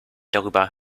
darüber